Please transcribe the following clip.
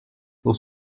pour